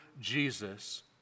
Jesus